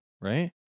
right